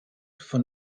von